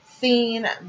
seen